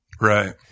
Right